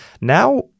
Now